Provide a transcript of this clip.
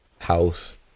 house